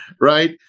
right